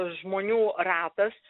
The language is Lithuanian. žmonių ratas